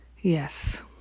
Yes